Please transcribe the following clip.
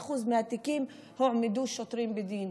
ב-3% מהתיקים הועמדו שוטרים לדין.